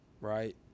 right